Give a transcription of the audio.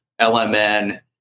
LMN